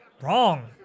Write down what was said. wrong